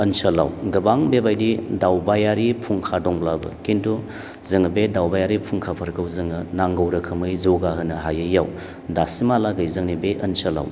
ओनसोलाव गोबां बेबायदि दावबायारि फुंखा दंब्लाबो खिन्थु जोङो बे दावबायारि फुंखाफोरखौ जोङो नांगौ रोखोमै जौगा होनो हायैयाव दासिमहालागै जोंनि बे ओनसोलाव